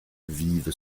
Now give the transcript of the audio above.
vive